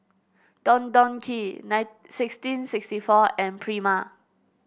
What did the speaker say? Don Don Donki nine sixteen sixty four and Prima